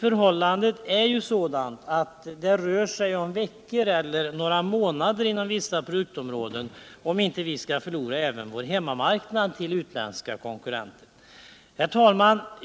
Förhållandena är ju sådana att vi bara har veckor eller några månader på oss inom vissa produktområden om vi vill undvika att förlora även vår hemmamarknad till utländska konkurrenter. Herr talman!